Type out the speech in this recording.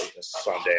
Sunday